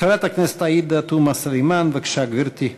חברת הכנסת עאידה תומא סלימאן, בבקשה, גברתי.